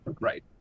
right